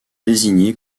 désignée